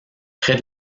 près